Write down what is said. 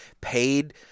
paid